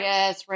Yes